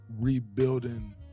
rebuilding